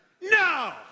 No